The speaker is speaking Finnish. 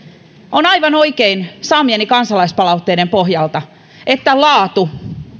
on aivan oikein saamieni kansalaispalautteiden pohjalta että laatu